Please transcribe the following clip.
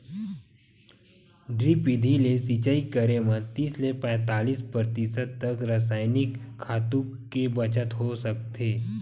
drip बिधि ले सिचई करे म तीस ले पैतालीस परतिसत तक रसइनिक खातू के बचत हो सकथे